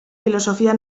filosofía